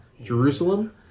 Jerusalem